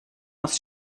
aus